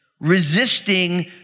resisting